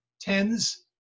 tens